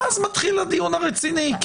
ואז מתחיל הדיון הרציני,